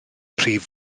prif